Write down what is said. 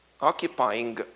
occupying